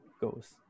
goes